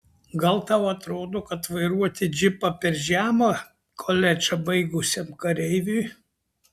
gal tau atrodo kad vairuoti džipą per žema koledžą baigusiam kareiviui